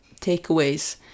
takeaways